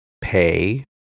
pay